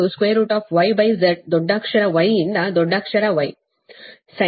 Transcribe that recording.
ಆದ್ದರಿಂದ ಇದು YZ ದೊಡ್ಡಕ್ಷರ Y ಯಿಂದ ದೊಡ್ಡಕ್ಷರ Ysinh ZY ಆಗಿದೆ